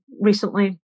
recently